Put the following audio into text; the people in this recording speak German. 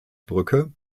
brücke